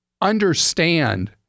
understand